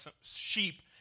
sheep